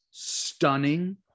stunning